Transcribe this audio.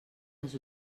les